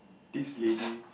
this lady